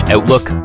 Outlook